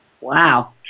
Wow